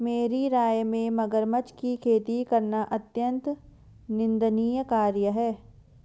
मेरी राय में मगरमच्छ की खेती करना अत्यंत निंदनीय कार्य है